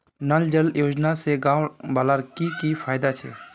नल जल योजना से गाँव वालार की की फायदा छे?